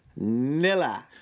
Nilla